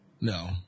No